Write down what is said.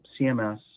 CMS